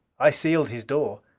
i sealed his door.